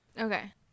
Okay